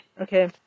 Okay